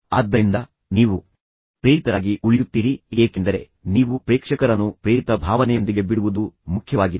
ಆದ್ದರಿಂದ ನೀವು ಪ್ರೇರಿತರಾಗಿ ಉಳಿಯುತ್ತೀರಿ ಏಕೆಂದರೆ ನೀವು ಪ್ರೇಕ್ಷಕರನ್ನು ಪ್ರೇರಿತ ಭಾವನೆಯೊಂದಿಗೆ ಬಿಡುವುದು ಮುಖ್ಯವಾಗಿದೆ